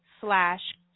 slash